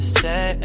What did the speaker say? say